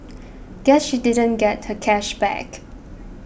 guess she didn't get her cash back